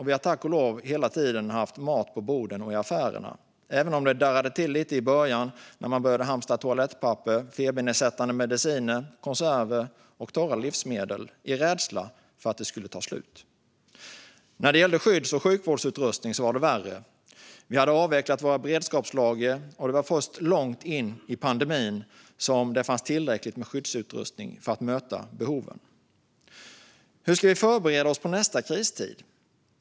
Vi har tack och lov hela tiden haft mat på borden och i affärerna, även om det darrade till lite i början när man började hamstra toalettpapper, febernedsättande mediciner, konserver och torra livsmedel av rädsla för att det skulle ta slut. När det gällde skydds och sjukvårdsutrustning var det värre. Vi hade avvecklat våra beredskapslager, och det var först långt in i pandemin det fanns tillräckligt med skyddsutrustning för att möta behoven. Hur ska vi förbereda oss för nästa kristid?